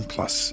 Plus